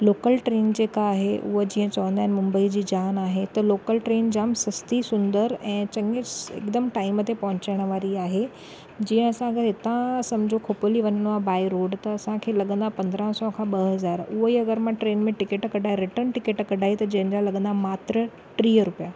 local train जेका आहे उहा जीअं चवंदा आहिनि मुंबई जी जान आहे त लोकल ट्रेन जाम सस्ती सुंदरु ऐं चंगी हिकदमि टाइम ते पहुचण वारी आहे जीअं असां अगरि हितां सम्झो खोपली वञणो आहे बाय रोड त असांखे लॻंदा पंद्रहं सौ खां ॿ हॼार उहोई अगरि मां ट्रेन में टिकेट कढाए रिटर्न टिकेट कढाई त जंहिंजा लॻंदा मात्र टीह रुपया